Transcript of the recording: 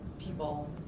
people